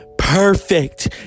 Perfect